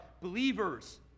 believers